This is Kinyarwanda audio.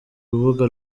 rubuga